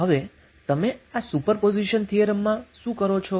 તો હવે તમે આ સુપરપોઝિશન થિયરમમાં શું કરો છો